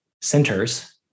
centers